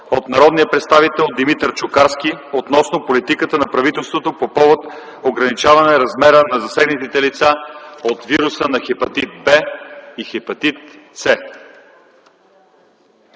от народния представител Димитър Чукарски относно политиката на правителството по повод ограничаване размера на засегнатите лица от вируса на хепатит „В” и хепатит